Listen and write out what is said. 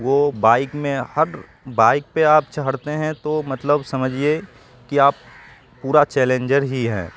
وہ بائک میں ہر بائک پہ آپ چڑھتے ہیں تو مطلب سمجھیے کہ آپ پورا چیلنجر ہی ہیں